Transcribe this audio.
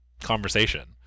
conversation